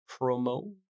Promo